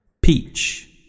Peach